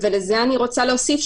לזה אני רוצה להוסיף,